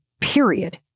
period